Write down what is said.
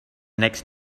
next